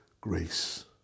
grace